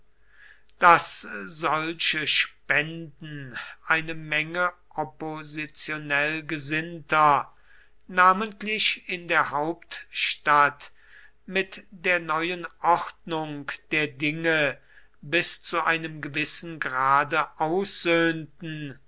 daß solche spenden eine menge oppositionell gesinnter namentlich in der hauptstadt mit der neuen ordnung der dinge bis zu einem gewissen grade aussöhnten